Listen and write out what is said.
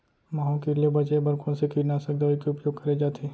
माहो किट ले बचे बर कोन से कीटनाशक दवई के उपयोग करे जाथे?